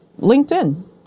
LinkedIn